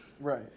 Right